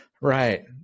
Right